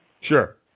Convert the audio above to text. Sure